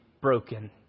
broken